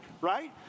right